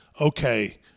Okay